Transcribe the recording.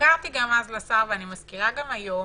הזכרתי גם אז לשר, ואני מזכירה גם היום,